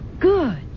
Good